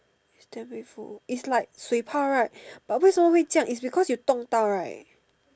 it's damn painful it's like 水泡 right but 为什么会这样 it's because you 动到 right